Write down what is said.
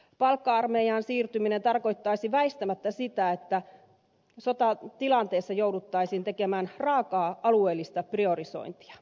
palkka armeijaan siirtyminen tarkoittaisi väistämättä sitä että sotatilanteessa jouduttaisiin tekemään raakaa alueellista priorisointia